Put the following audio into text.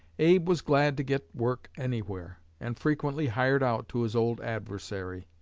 abe was glad to get work anywhere, and frequently hired out to his old adversary.